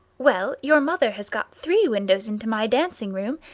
well, your mother has got three windows into my dancing room,